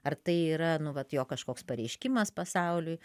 ar tai yra nu vat jo kažkoks pareiškimas pasauliui